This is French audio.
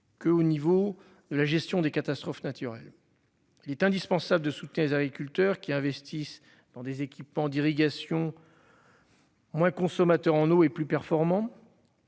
Que au niveau de la gestion des catastrophes naturelles. Il est indispensable de soutenir les agriculteurs qui investissent dans des équipements d'irrigation. Moins consommateurs en haut et plus performant.